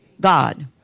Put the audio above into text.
God